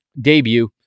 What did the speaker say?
debut